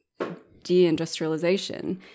deindustrialization